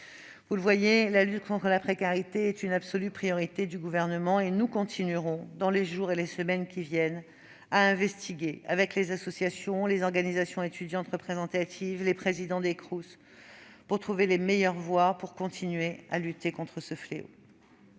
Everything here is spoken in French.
les sénateurs, la lutte contre la précarité étudiante est une absolue priorité du Gouvernement. Nous continuerons dans les jours et les semaines qui viennent à investiguer, avec les associations, les organisations étudiantes représentatives et les présidents des Crous, en vue de trouver les meilleures voies pour lutter contre ce fléau.